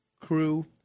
Crew